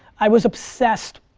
i was obsessed.